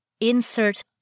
insert